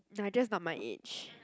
they're just not my age